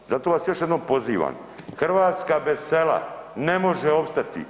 Zato vas još jednom pozivam Hrvatska bez sela ne može opstati.